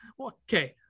okay